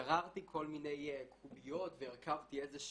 גררתי כל מיני קוביות והרכבתי איזושהי,